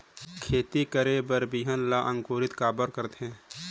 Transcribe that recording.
खेती करे बर बिहान ला अंकुरित काबर करथे?